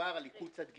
מדובר על עיקול צד ג'.